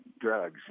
drugs